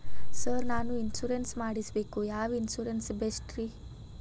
Sir ನಾನು insurance ಮಾಡಿಸಬೇಕು ಯಾವ ಇನ್ಶೂರೆನ್ಸ್ ಬೆಸ್ಟ್ರಿ?